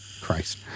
Christ